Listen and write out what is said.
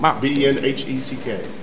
B-E-N-H-E-C-K